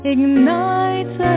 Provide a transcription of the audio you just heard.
Ignites